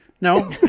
No